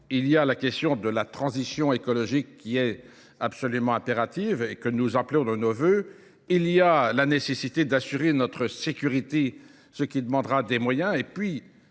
Il y a la question de la transition écologique qui est absolument impérative et que nous appelons de nos voeux. Il y a la nécessité d'assurer notre sécurité, ce qui demandera des moyens.